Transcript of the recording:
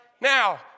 Now